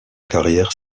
carrière